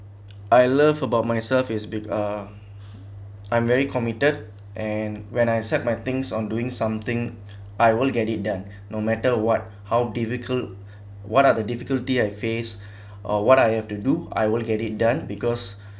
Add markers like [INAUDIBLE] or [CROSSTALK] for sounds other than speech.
I love about myself is bec~ uh I'm very committed and when I set my things on doing something I will get it done no matter what how difficult what are the difficulty I face [BREATH] or what I have to do I will get it done because